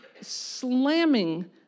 slamming